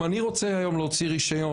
אם אני היום רוצה להוציא רישיון,